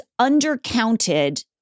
undercounted